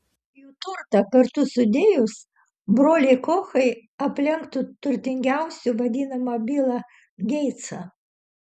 jų turtą kartu sudėjus broliai kochai aplenktų turtingiausiu vadinamą bilą geitsą